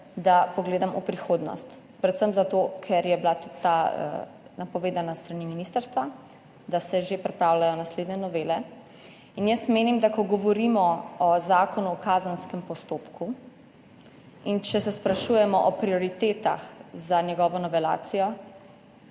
da pogledam v prihodnost, predvsem zato ker je bilo napovedano s strani ministrstva, da se že pripravljajo naslednje novele. Menim, da ko govorimo o Zakonu o kazenskem postopku in če se sprašujemo o prioritetah za njegovo novelacijo,